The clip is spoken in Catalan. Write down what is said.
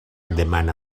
demana